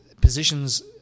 positions